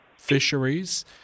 fisheries